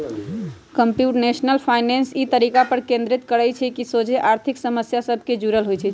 computational finance इ तरीका पर केन्द्रित करइ छइ जे सोझे आर्थिक समस्या सभ से जुड़ल होइ छइ